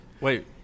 Wait